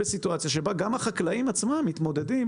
גם החקלאים מתמודדים